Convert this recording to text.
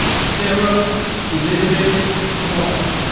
sarah elizabeth small